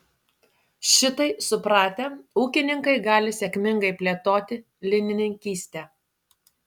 šitai supratę ūkininkai gali sėkmingai plėtoti linininkystę